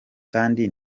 kandi